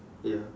ya